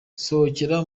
sohokera